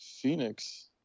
Phoenix